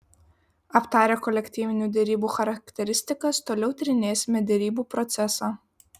aptarę kolektyvinių derybų charakteristikas toliau tyrinėsime derybų procesą